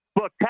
Look